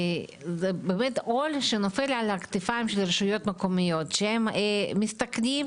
זה באמת עול שנופל על הכתפיים של רשויות מקומיות שהם מסתכנים,